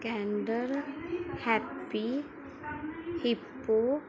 kinder happy hippo